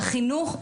החינוך,